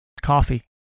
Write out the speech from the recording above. coffee